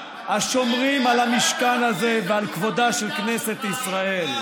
השומרים על המשכן הזה ועל כבודה של כנסת ישראל.